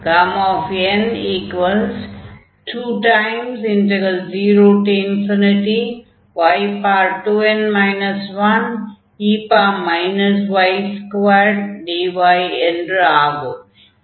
Γn20y2n 1e y2dy என்று ஆகும்